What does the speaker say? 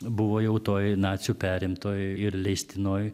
buvo jau toj nacių perimtoj ir leistinoj